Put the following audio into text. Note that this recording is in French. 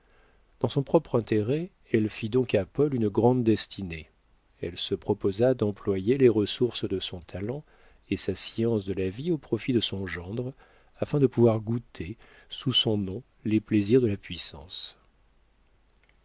dans son propre intérêt elle fit donc à paul une grande destinée elle se proposa d'employer les ressources de son talent et sa science de la vie au profit de son gendre afin de pouvoir goûter sous son nom les plaisirs de la puissance